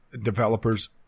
developers